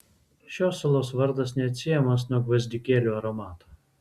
šios salos vardas neatsiejamas nuo gvazdikėlių aromato